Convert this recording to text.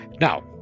Now